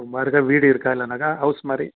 room மாதிரி எதாவது வீடு இருக்கா இல்லைன்னாக்கா ஹவுஸ் மாதிரி